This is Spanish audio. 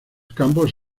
campos